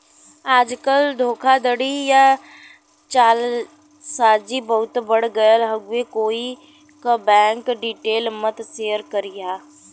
आजकल धोखाधड़ी या जालसाजी बहुते बढ़ गयल हउवे कोई क बैंक डिटेल मत शेयर करिहा